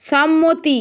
সম্মতি